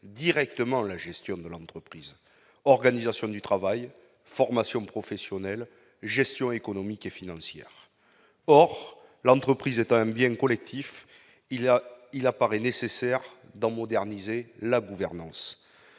directement la gestion de l'entreprise : organisation du travail, formation professionnelle, gestion économique et financière. L'entreprise étant un bien collectif, il paraît nécessaire d'en moderniser la gouvernance.